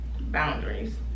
boundaries